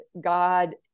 God